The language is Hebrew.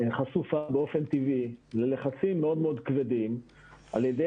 חשופה באופן טבעי ללחצים מאוד מאוד כבדים על ידי